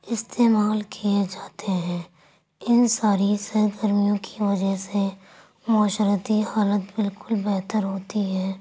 استعمال کیے جاتے ہیں ان ساری سرگرمیوں کی وجہ سے معاشرتی حالت بالکل بہتر ہوتی ہیں